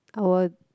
I want